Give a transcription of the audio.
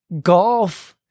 golf